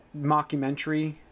mockumentary